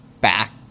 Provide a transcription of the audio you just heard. back